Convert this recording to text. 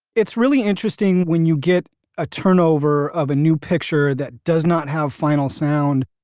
it's really interesting when you get a turnover of a new picture that does not have final sound.